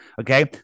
Okay